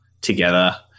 together